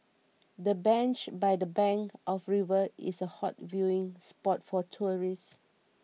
the bench by the bank of the river is a hot viewing spot for tourists